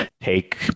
take